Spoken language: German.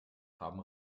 haben